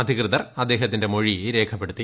അധികൃതർ അദ്ദേഹത്തിന്റെ മൊഴി രേഖപ്പെടുത്തി